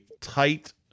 tight